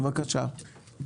בבקשה.